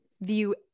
view